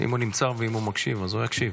אם הוא נמצא ומקשיב, אז הוא יקשיב.